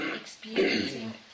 experiencing